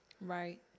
right